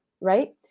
right